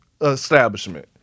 establishment